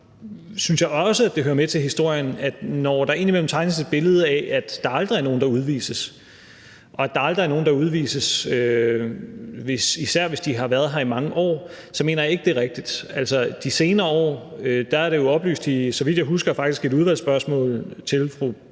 det hører med til historien, at når der indimellem tegnes et billede af, at der aldrig er nogen, der udvises, og at der aldrig er nogen, der udvises, især hvis de har været her i mange år, så mener jeg ikke, at det er rigtigt. Altså, i forhold til de senere år er